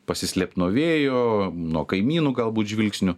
pasislėpt nuo vėjo nuo kaimynų galbūt žvilgsnių